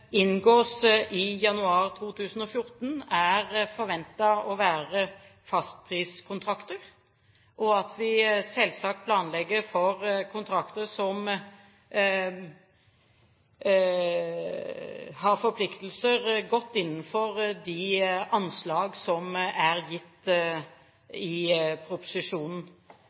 inngås i januar 2014, er forventet å være fastpriskontrakter. Vi planlegger selvsagt for kontrakter som har forpliktelser godt innenfor de anslag som er gitt i proposisjonen,